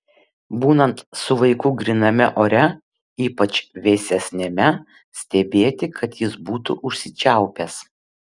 būnant su vaiku gryname ore ypač vėsesniame stebėti kad jis būtų užsičiaupęs